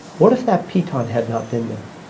what if that piton had not been there?